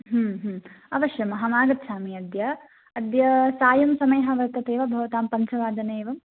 अवश्यमहमागच्छामि अद्य अद्य सायं समयः वर्तते वा भवतां पञ्चवादेवम्